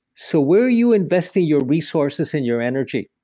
so, where are you investing your resources in your energy?